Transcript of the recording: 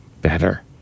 better